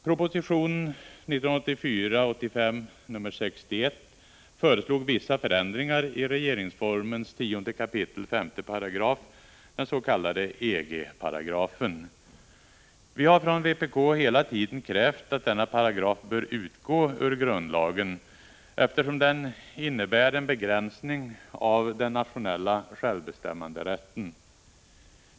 Proposition 1984/85:61 föreslog vissa förändringar i regeringsformens 10 kap. 5 §, den s.k. EG-paragrafen. Vi har från vpk hela tiden krävt att denna paragraf skall utgå ur grundlagen, eftersom den innebär en begränsning av den nationella självbestämmanderätten.